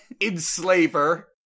enslaver